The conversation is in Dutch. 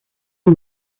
die